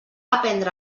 aprendre